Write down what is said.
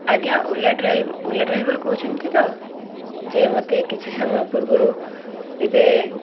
ଆଜ୍ଞା Ola Ola driver କହୁଛନ୍ତି ତ ଯିଏ ମୋତେ କିଛି ସମୟ ପୂର୍ବରୁ ଏବେ